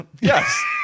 Yes